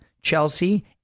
Chelsea